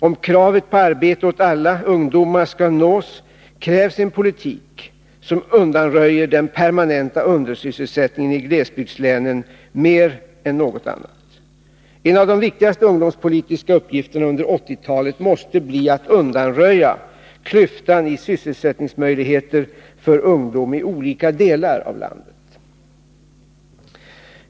Om kravet på arbete åt alla ungdomar skall uppfyllas krävs en politik som undanröjer den permanenta undersysselsättningen i glesbygdslänen mer än något annat. En av de viktigaste ungdomspolitiska uppgifterna under 1980-talet måste bli att undanröja klyftan i fråga om sysselsättningsmöjligheter för ungdom i olika delar av landet.